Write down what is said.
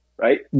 Right